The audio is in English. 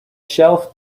shelf